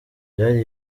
byari